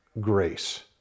grace